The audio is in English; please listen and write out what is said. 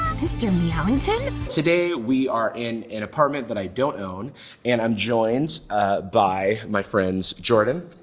mr. meowington? today we are in an apartment that i don't own and i'm joined by my friends jordan.